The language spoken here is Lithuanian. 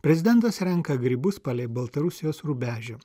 prezidentas renka grybus palei baltarusijos rubežių